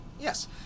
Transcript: Yes